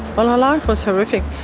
well her life was horrific.